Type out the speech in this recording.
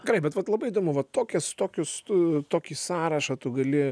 gerai bet vat labai įdomu va tokias tokius tu tokį sąrašą tu gali